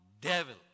devil